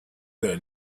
their